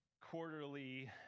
quarterly